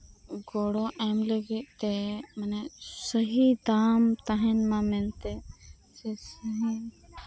ᱜᱚᱲᱚ ᱮᱢ ᱞᱟᱹᱜᱤᱫ ᱛᱮ ᱢᱟᱱᱮ ᱥᱚᱦᱤ ᱫᱟᱢ ᱛᱟᱦᱮᱱ ᱢᱟ ᱢᱮᱱᱛᱮ